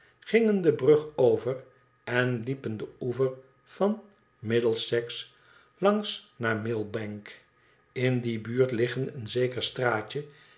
gingen de brug over en liepen den oever van middlesex langs naar millbank in die buurt liggen een zeker straatje